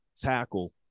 tackle